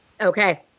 Okay